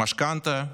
המשכנתה,